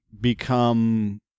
become